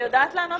היא יודעת לענות.